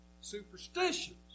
superstitions